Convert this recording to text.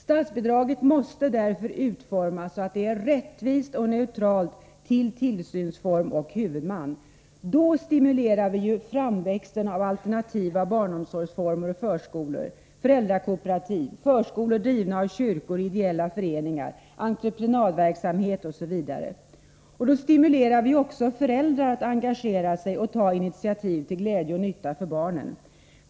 Statsbidraget måste därför utformas så att det är rättvist och neutralt när det gäller tillsynsform och huvudman. Då stimulerar vi ju framväxten av alternativa barnomsorgsformer och förskolor, föräldrakooperativ, förskolor drivna av kyrkor och ideella föreningar, entreprenadverksamhet, osv. Därmed stimulerar vi också föräldrar att engagera sig och ta initiativ till glädje och nytta för barnen.